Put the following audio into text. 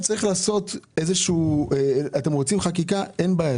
אם אתם רוצים חקיקה אין בעיה,